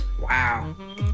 Wow